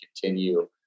continue